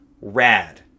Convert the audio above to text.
Rad